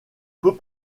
peut